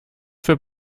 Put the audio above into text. für